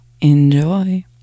Enjoy